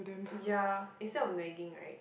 ya instead on nagging right